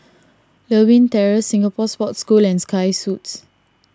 Lewin Terrace Singapore Sports School and Sky Suites